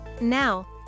Now